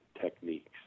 techniques